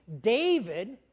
David